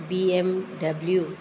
BMW